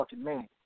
man